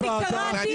את בקריאה ראשונה.